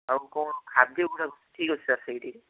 ଆଉ କ'ଣ ଖାଦ୍ୟଗୁଡ଼ାକ ଠିକ୍ ଅଛି ସାର୍ ସେଇଠି